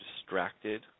distracted